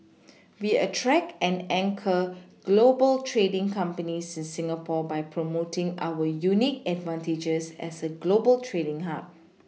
we attract and anchor global trading companies in Singapore by promoting our unique advantages as a global trading Hub